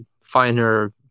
finer